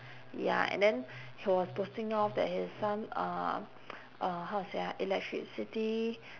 ya and then he was boasting off that his son uh uh how to say ah electricity